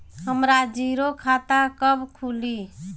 हमरा जीरो खाता कब खुली?